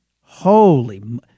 Holy